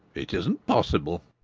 it isn't possible,